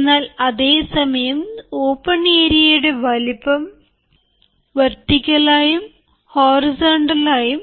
എന്നാൽ അതേ സമയം ഓപ്പൺ ഏരിയയുടെ വലുപ്പം വെറ്ടിക്കല് ആയും ഹൊറിസോണ്ടല് ആയും